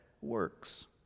works